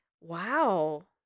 Wow